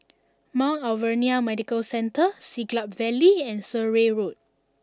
Mount Alvernia Medical Centre Siglap Valley and Surrey Road